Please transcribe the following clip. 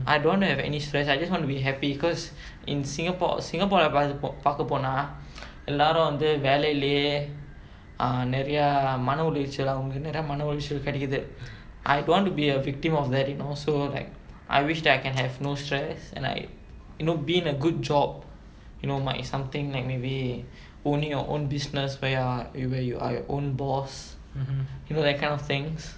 I don't want to have any stress I just want to be happy because in singapore singapore பாக்கபோனா எல்லாரும் வந்து வேலைலயே நெறையா மன ஒலைச்சல் அவங்களுக்கு மன ஒலைச்சல் கிடைக்குது:paakkaponaa ellaarum vanthu velailayae neraiyaa mana olaichal avangalukku mana olaichal kidaikkuthu I don't want to be a victim of that so you know like I wish that I can have no stress and like you know being a good job you know might is something like maybe owning your own business where you where you are your own boss you know that kind of things